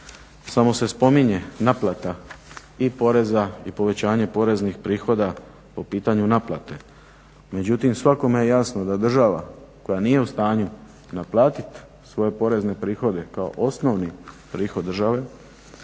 samo se spominje naplata i poreza i povećanje poreznih prihoda po pitanju naplate, međutim svakome je jasno da država koja nije u stanju naplatiti svoje porezne prihode kao osnovni prihod države